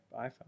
iPhone